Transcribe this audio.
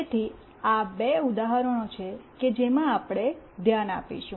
તેથી આ બે ઉદાહરણો છે કે જેમાં આપણે ધ્યાન આપીશું